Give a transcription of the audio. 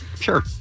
Sure